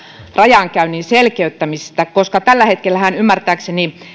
rajankäynnin selkeyttämistä koska tällä hetkellähän ymmärtääkseni myöskin